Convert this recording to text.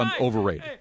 overrated